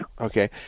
Okay